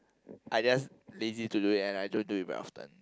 I just lazy to do it and I don't do it very often